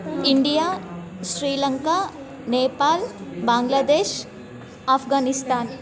India Sri Lanka Nepal Bangladesh Afghanistan